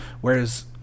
Whereas